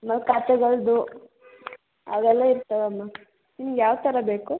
ಮತ್ತು ಕತೆಗಳದ್ದು ಅವೆಲ್ಲ ಇರ್ತವೆ ಮ್ಯಾಮ್ ನಿಮ್ಗೆ ಯಾವ ಥರ ಬೇಕು